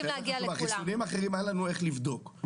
חיסונים אחרים היה לנו איך לבדוק.